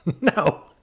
no